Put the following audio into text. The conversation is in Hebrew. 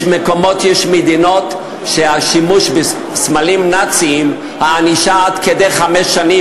יש מדינות שעל שימוש בסמלים נאציים הענישה בהן היא עד כדי חמש שנים.